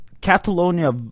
Catalonia